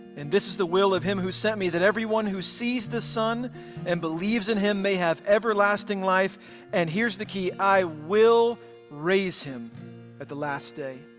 and this is the will of him who sent me, that everyone who sees the son and believes in him may have everlasting life and here's the key, i will raise him up at the last day.